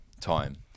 time